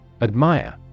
Admire